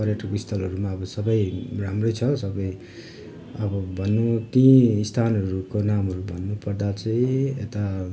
पर्यटक स्थलहरूमा अब सबै राम्रै छ सबै अब भन्नु ती स्थानहरूको नामहरू भन्नुपर्दा चाहिँ यता